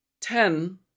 Ten